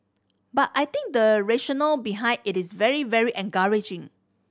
but I think the rationale behind it is very very encouraging